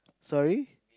sorry